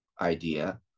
idea